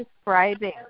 describing